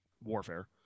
Warfare